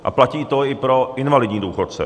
A platí to i pro invalidní důchodce.